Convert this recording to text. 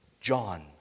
John